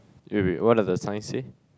eh wait what does the sign say